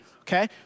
Okay